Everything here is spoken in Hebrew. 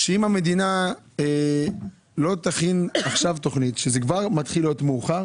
אם המדינה לא תכין תכנית עכשיו כשזה כבר מתחיל להיות מאוחר